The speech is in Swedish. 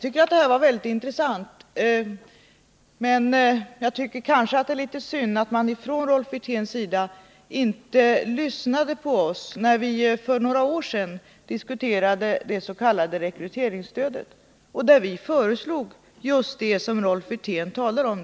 Detta var mycket intressant, men det är litet synd att Rolf Wirtén inte lyssnade på oss socialdemokrater när vi för några år sedan diskuterade det s.k. nyrekryteringsstödet. Vi föreslog då just det som Rolf Wirtén nu talar om.